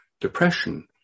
depression